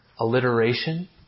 alliteration